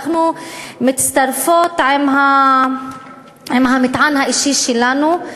אנחנו מצטרפות עם המטען האישי שלנו,